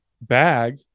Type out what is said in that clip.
bag